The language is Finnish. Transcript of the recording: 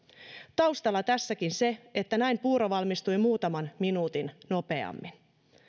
taustalla tässäkin se että näin puuro valmistui muutaman minuutin nopeammin